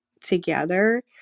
together